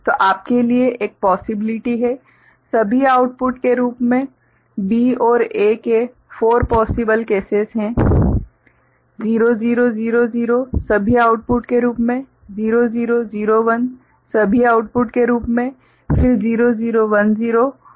तो आपके लिए एक पोसिबिलिटी है सभी आउटपुट के रूप में B और A के 4 पोसिबल केसेस है 0000 सभी आउटपुट के रूप में 0001 सभी आउटपुट के रूप में फिर 0010 0011